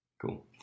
Cool